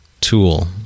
tool